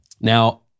Now